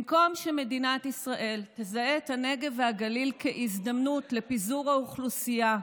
במקום שמדינת ישראל תזהה את הנגב והגליל כהזדמנות לפיזור האוכלוסייה,